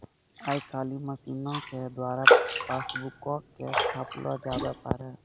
आइ काल्हि मशीनो के द्वारा पासबुको के छापलो जावै पारै